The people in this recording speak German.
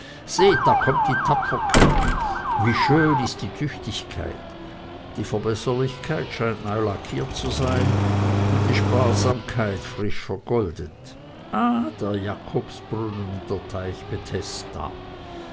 seht da kommt die tapferkeit wie schön ist die tüchtigkeit die verbesserlichkeit scheint neu lackiert zu sein und die sparsamkeit frisch vergoldet ah der jakobsbrunnen und der teich